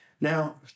Now